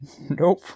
Nope